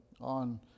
on